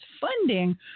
funding